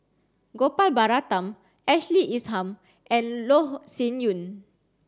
Gopal Baratham Ashley Isham and Loh Sin Yun